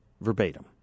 verbatim